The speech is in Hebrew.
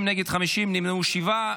בעד 30, נגד, 50, נמנעו, שבעה.